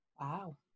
Wow